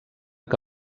que